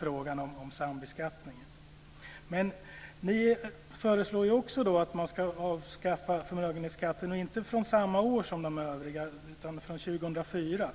frågan om sambeskattning. Ni föreslår också att man ska avskaffa förmögenhetsskatten, men inte från samma år som de övriga utan från 2004.